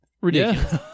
Ridiculous